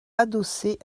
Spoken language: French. adossés